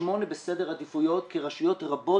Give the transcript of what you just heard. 8 בסדר עדיפויות כי רשויות רבות,